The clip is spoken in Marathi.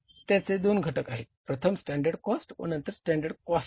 त्याचे दोन घटक आहेत प्रथम स्टँडर्ड कॉस्ट व नंतर स्टँडर्ड कॉस्टिंग